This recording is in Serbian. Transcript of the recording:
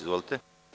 Izvolite.